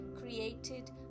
created